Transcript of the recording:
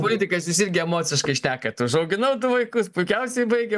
politikas jūs irgi emociškai šnekat užauginau du vaikus puikiausiai baigė